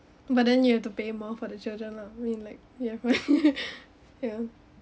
but then you have to pay more for the children lah I mean like ya right ya